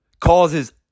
causes